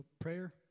prayer